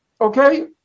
okay